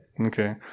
Okay